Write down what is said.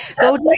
Go